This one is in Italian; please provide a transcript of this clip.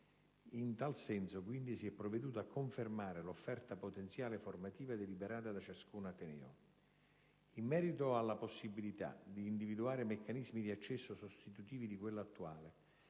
In tal senso, quindi, si è provveduto a confermare l'offerta potenziale formativa deliberata da ciascun ateneo. In merito alla possibilità di individuare meccanismi di accesso sostitutivi di quello attuale,